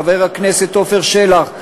חבר הכנסת עפר שלח,